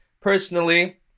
personally